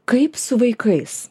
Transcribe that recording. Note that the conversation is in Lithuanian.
kaip su vaikais